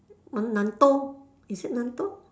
is it